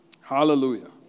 Hallelujah